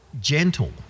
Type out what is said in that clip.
gentle